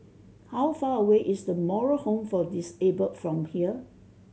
how far away is The Moral Home for Disabled from here